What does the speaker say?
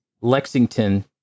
Lexington